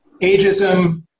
ageism